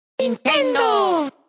Nintendo